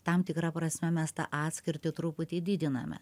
tam tikra prasme mes tą atskirtį truputį didiname